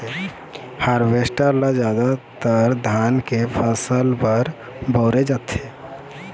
harvester ल जादातर धान के फसल बर बउरे जाथे